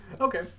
Okay